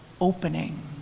opening